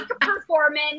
performance